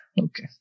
Okay